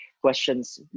questions